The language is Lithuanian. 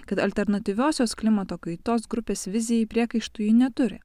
kad alternatyviosios klimato kaitos grupės vizijai priekaištų ji neturi